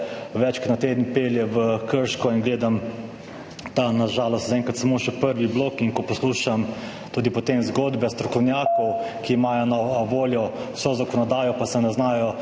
večkrat na teden pelje v Krško in gleda ta, na žalost, zaenkrat samo še prvi blok in ko poslušam potem tudi zgodbe strokovnjakov, ki imajo na voljo vso zakonodajo, pa se ne znajo